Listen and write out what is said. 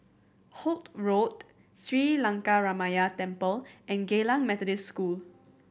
Holt Road Sri Lankaramaya Temple and Geylang Methodist School